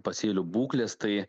pasėlių būklės tai